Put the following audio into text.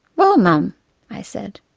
well mum i said.